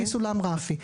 לפי סולם רפי.